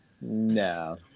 no